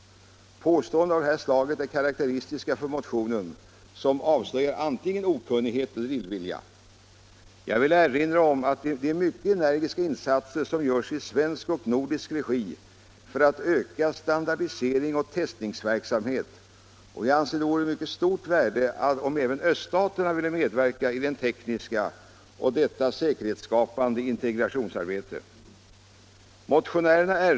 Påståenden av det slaget är karakteristiska för motionen, som avslöjar antingen okunnighet eller illvilja. Jag vill erinra om de mycket energiska insatser som görs i svensk och nordisk regi för att öka standardisering och testningsverksamhet, och jag anser att det vore av mycket stort värde om även öststaterna ville medverka i detta tekniska och säkerhetsskapande integrationsarbete. Vi har mött dessa problem bl.a. vid överläggningar i Nordiska rådet.